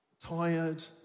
tired